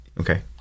Okay